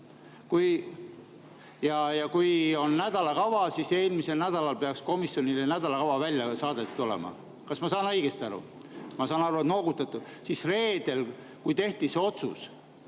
Ja kui on nädalakava, siis eelmisel nädalal peaks komisjonile nädalakava välja saadetud olema. Kas ma saan õigesti aru? Ma saan aru, et te noogutate. Aga reedel, kui tehti see otsus,